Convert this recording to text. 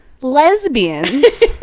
lesbians